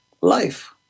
life